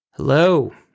Hello